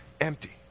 empty